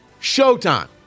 Showtime